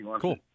Cool